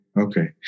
okay